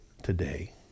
today